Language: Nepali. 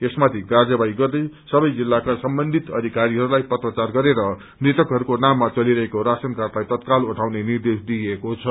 यसमाथि कार्यवाही गर्दै सवै जिल्लाहरूका सम्बन्धितअधिकारीगर्वलाई पत्राचार गरेर मृतकहरूको नाममा चलिरहेको राशन कार्डलाई तत्काल हटाउने निर्देश दिइएको छ